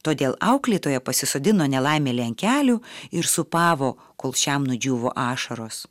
todėl auklėtoja pasisodino nelaimėlį ant kelių ir sūpavo kol šiam nudžiūvo ašaros